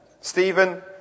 Stephen